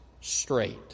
straight